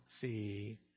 see